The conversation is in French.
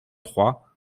trois